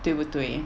对不对